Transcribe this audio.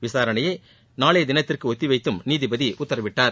விசாரணையை நாளை தினத்திற்கு ஒத்திவைத்தும் நீதிபதி உத்தரவிட்டார்